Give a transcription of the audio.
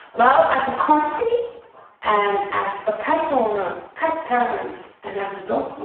well, as a company and as a pet owner, pet parent and as a dog